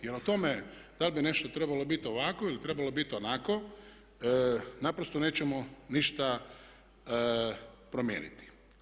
O tome da li bi nešto trebalo biti ovako ili trebalo biti onako naprosto nećemo ništa promijeniti.